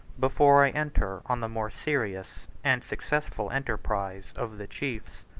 before i enter on the more serious and successful enterprise of the chiefs.